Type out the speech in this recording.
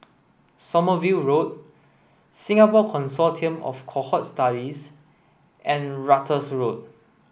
Sommerville Road Singapore Consortium of Cohort Studies and Ratus Road